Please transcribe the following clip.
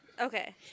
okay